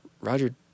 Roger